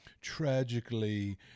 tragically—